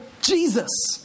Jesus